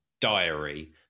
diary